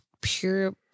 pure